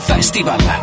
Festival